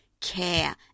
care